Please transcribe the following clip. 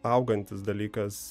augantis dalykas